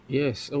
yes